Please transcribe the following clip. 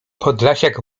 podlasiak